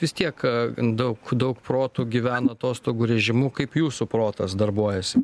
vis tiek daug daug protų gyvena atostogų režimu kaip jūsų protas darbuojasi